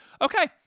Okay